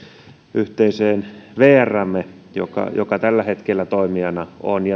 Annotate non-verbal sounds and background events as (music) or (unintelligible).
yhteiseen vräämme joka joka tällä hetkellä toimijana on (unintelligible)